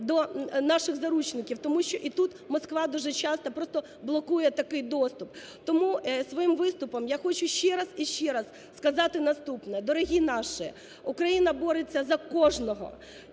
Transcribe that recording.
до наших заручників, тому що і тут Москва дуже часто просто блокує такий доступ. Тому своїм виступом я хочу ще раз і ще раз сказати наступне. Дорогі наші! Україна бореться за кожного: